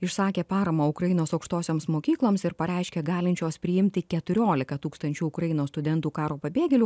išsakė paramą ukrainos aukštosioms mokykloms ir pareiškė galinčios priimti keturiolika tūkstančių ukrainos studentų karo pabėgėlių